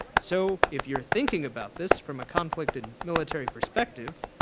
so if you are thinking about this from a conflict and military perspective